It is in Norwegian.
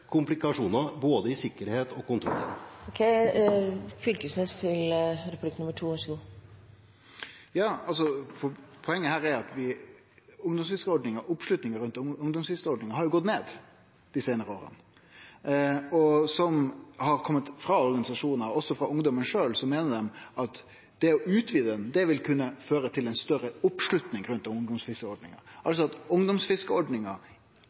både med hensyn til sikkerhet og kontroll. Poenget er at oppslutninga rundt ungdomsfiskeordninga har gått ned dei seinare åra. Organisasjonar, og også ungdomen sjølve, meiner at det å utvide ordninga vil kunne føre til større oppslutning rundt ho. Ungdomsfiskeordninga